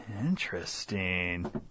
Interesting